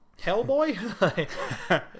Hellboy